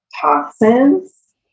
toxins